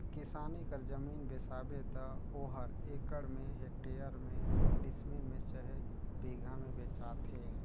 किसानी कर जमीन बेसाबे त ओहर एकड़ में, हेक्टेयर में, डिसमिल में चहे बीघा में बेंचाथे